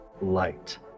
light